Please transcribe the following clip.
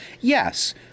Yes